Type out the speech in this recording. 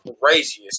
craziest